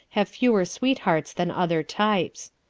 have fewer sweethearts than other types.